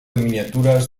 miniaturas